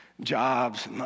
jobs